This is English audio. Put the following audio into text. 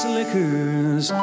Slickers